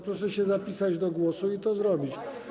Proszę się zapisać do głosu i to zrobić.